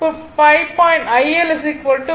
எனவே Ir 5